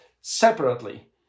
separately